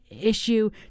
issue